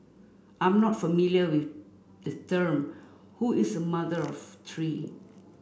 I'm not familiar with the term who is a mother of three